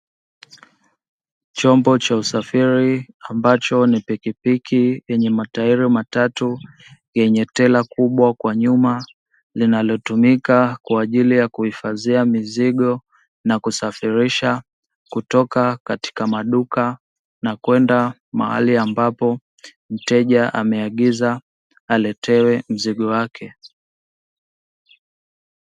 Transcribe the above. Chombo cha usafiri ambacho ni pikipiki yenye matairi matatu yenye tela kubwa kwa nyuma, linalotumika kwa ajili ya kuhifadhia mizigo na kusafirisha kutoka katika maduka na kwenda mahali ambapo, mteja ameagiza aletewe mzigo wake.